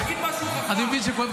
תגיד משהו חכם,